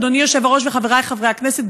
אדוני היושב-ראש וחברי חברי הכנסת,